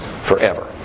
forever